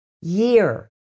year